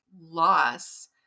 loss